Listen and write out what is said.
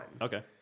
okay